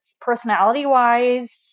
Personality-wise